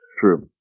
True